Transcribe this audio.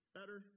Better